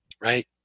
right